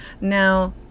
now